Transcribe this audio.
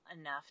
enough